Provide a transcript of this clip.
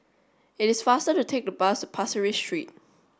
it is faster to take the bus Pasir Ris Street